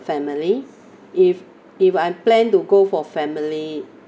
family if if I plan to go for family